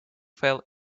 fell